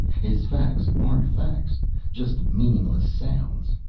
his facts aren't facts just meaningless sounds.